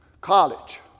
college